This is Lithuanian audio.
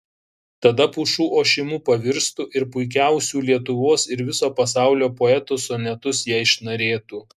tada pušų ošimu pavirstų ir puikiausių lietuvos ir viso pasaulio poetų sonetus jai šnarėtų